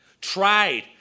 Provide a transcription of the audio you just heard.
tried